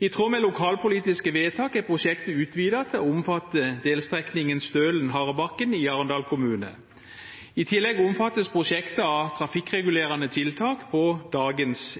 I tråd med lokalpolitiske vedtak er prosjektet utvidet til å omfatte delstrekningen Stølen–Harebakken i Arendal kommune. I tillegg omfattes prosjektet av trafikkregulerende tiltak på dagens